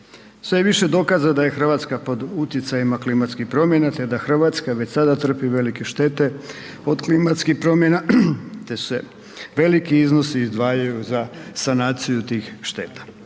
je više dokaza da je Hrvatska pod utjecajima klimatskih promjena te da Hrvatska već sada trpi velike štete od klimatskih promjena te se veliki iznosi izdvajaju za sanaciju tih šteta.